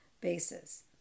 bases